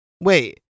Wait